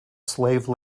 slave